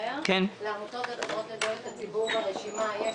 לעמותות ולחברות לתועלת הציבור ברשימה יש